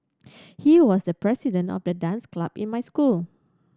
he was the president of the dance club in my school